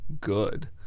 good